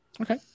Okay